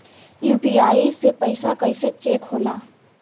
UPI से पैसा कैसे चेक होला?